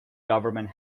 government